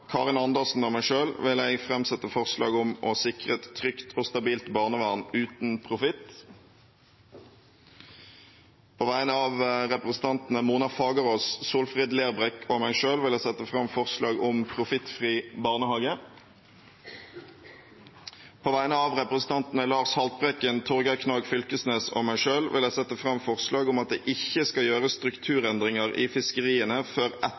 Karin Andersen og meg selv vil jeg framsette forslag om å sikre et trygt og stabilt barnevern uten profitt. På vegne av representantene Mona Lill Fagerås, Solfrid Lerbrekk og meg selv vil jeg sette fram forslag om profittfri barnehage. På vegne av representantene Lars Haltbrekken, Torgeir Knag Fylkesnes og meg selv vil jeg sette fram forslag om at det ikke skal gjøres strukturendringer i fiskeriene før